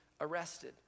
arrested